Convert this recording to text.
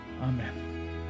Amen